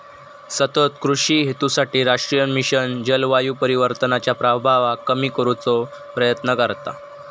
सतत कृषि हेतूसाठी राष्ट्रीय मिशन जलवायू परिवर्तनाच्या प्रभावाक कमी करुचो प्रयत्न करता